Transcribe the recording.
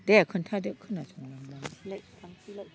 दे खोन्थादो खोनासंनोलाय थांसैलाय